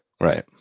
right